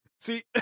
see